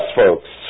folks